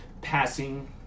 passing